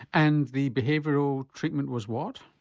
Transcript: and the behavioural treatment was what?